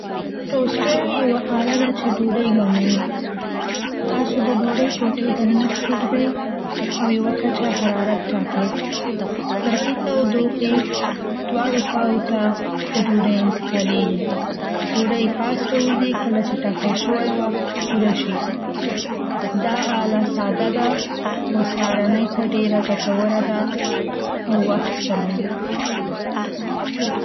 ټوستر یوه آله ده چې ډوډۍ ګرموي. تاسو د ډوډۍ ټوټې دننه په کې ایږدئ او یوه کچه حرارت ټاکئ. برقي تودوخی دواړو خواوو ته د ډودۍ انتقالېږي. ډوډۍ پاس راوځي کله چې ټاکل شوی وخت پوره شي. دا آله ساده ده، خو سهارنۍ ته ډېره ګټوره ده او وخت سپموي.